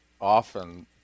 often